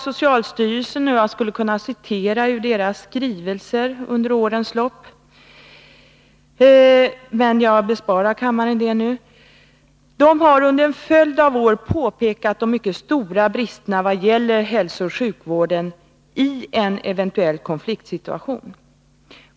Socialstyrelsen har under en följd av år pekat på de mycket stora bristerna vad gäller hälsooch sjukvården i en eventuell konfliktsituation — jag skulle kunna citera ur deras skrivelser om detta under årens lopp, men jag skall bespara kammaren det nu.